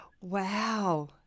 Wow